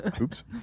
Oops